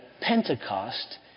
Pentecost